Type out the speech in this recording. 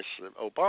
Obama